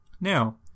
Now